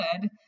good